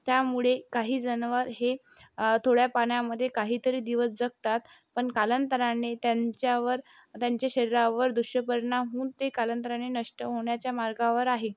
त्यामुळे काही जनावर हे थोड्या पाण्यामध्ये काहीतरी दिवस जगतात पण कालांतराने त्यांच्यावर त्यांच्या शरीरावर दुष्परिणाम होऊन ते कालांतराने ते नष्ट होण्याच्या मार्गावर आहे